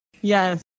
Yes